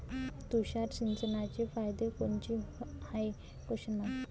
तुषार सिंचनाचे फायदे कोनचे हाये?